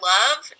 Love